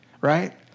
right